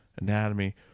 Anatomy